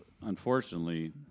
unfortunately